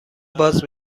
باز